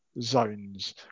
zones